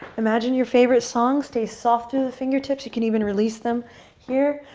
imagine your favorite song. stay soft through the fingertips. you can even release them here.